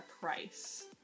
price